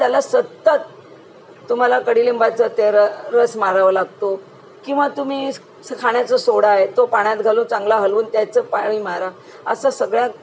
त्याला सत्तत तुम्हाला कडिलिंबाचं ते र रस मारावं लागतो किंवा तुम्ही खाण्याचा सोडा आहे तो पाण्यात घालून चांगला हलवून त्याचं पाणी मारा असं सगळ्या